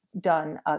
done